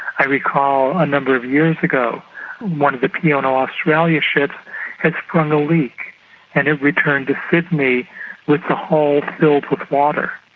i recall a number of years ago one of the p and o australia ships had sprung a leak and it returned to sydney with the hull filled with water.